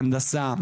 הנדסה,